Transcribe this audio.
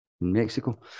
Mexico